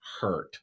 hurt